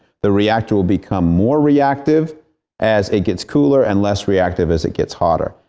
the reactor will become more reactive as it gets cooler and less reactive as it gets hotter.